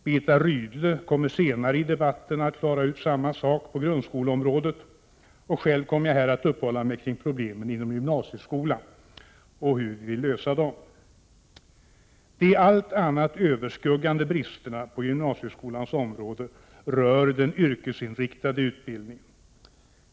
Birgitta Rydle kommer senare i debatten att göra samma sak när det gäller grundskoleområdet, och själv kommer jag här att uppehålla mig vid problemen inom gymnasieskolan och hur vi vill lösa dem. De allt annat överskuggande bristerna på gymnasieskolans område rör den yrkesinriktade utbildningen.